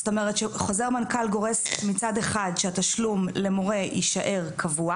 זאת אומרת שחוזר מנכ"ל גורס מצד אחד שהתשלום למורה יישאר קבוע